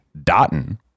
Dotton